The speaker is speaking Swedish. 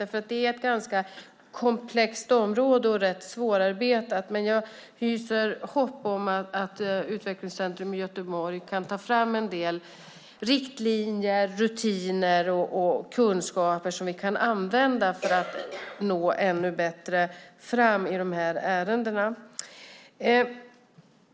Det är ett ganska komplext område och rätt svårarbetat, men jag hyser hopp om att Utvecklingscentrum i Göteborg kan ta fram en del riktlinjer, rutiner och kunskaper som vi kan använda för att nå bättre fram i de här ärendena.